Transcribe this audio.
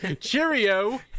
Cheerio